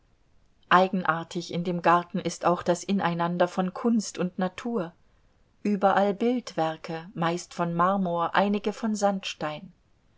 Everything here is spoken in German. eigenartig in dem garten ist auch das ineinander von kunst und natur überall bildwerke meist von marmor einige von sandstein